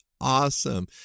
awesome